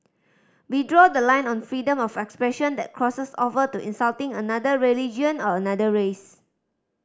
we draw the line on freedom of expression that crosses over to insulting another religion or another race